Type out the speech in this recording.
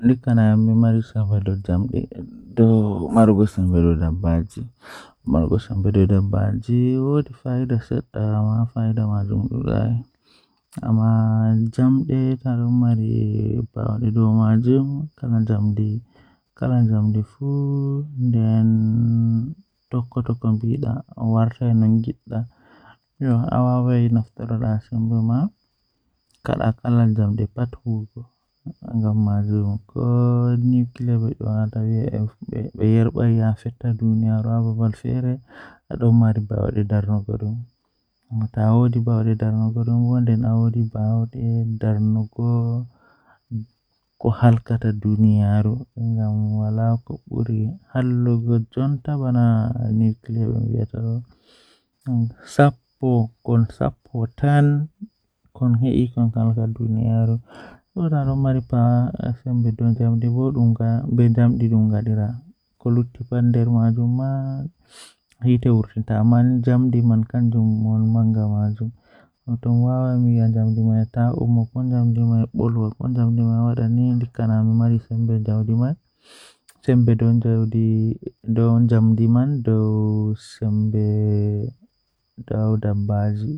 Njiddaade siki e ndiyam ngam sabu ndiyam so tawii njillataa he window, jokkondir ko to ɗaɓɓu njillataa. Njiddere caɗeele ngam fitirnde window, holla ngam waɗde so tawii cuɓɓoraa hoto, nde waawataa njabbude ngam fitirnde window ngal